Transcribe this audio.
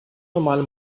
normale